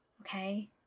Okay